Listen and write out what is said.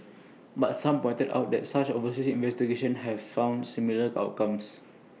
but some pointed out that such overseas investigations have found similar outcomes